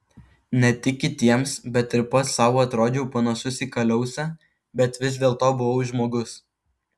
ne tik kitiems bet ir pats sau atrodžiau panašus į kaliausę bet vis dėlto buvau žmogus